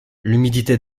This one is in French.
l’humidité